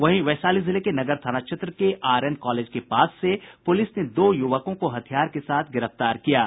वहीं वैशाली जिले के नगर थाना क्षेत्र के आरएन कॉलेज के पास से पूलिस ने दो युवकों को हथियार के साथ गिरफ्तार कर किया है